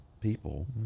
people